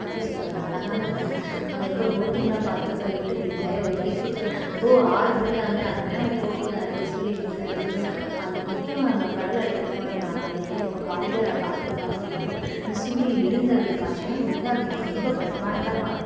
எப்படி சொல்ல ஒரு அழகான காதான் அங்கே இருக்க போட்டிங்லாம் பார்த்தப்ப இருட்டுக்குள்ள ஒரு லைட் பிடிச்சி வச்சால் ஓ ஆளிருக்காங்க அங்கெலாம் நம்ம போகக்கூடாது சூரியனுக்கு அப்படி அந்த முக்கியமான நம்ம கடல் அலைக்கு போனோம்னாலே இப்போ காலையில் பார்க்கற காட்சின்னால் அந்த சூரியன் எழுந்தருள காட்சியாக மிக ரொம்ப பிரமாண்டமாக இருக்கும்